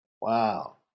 Wow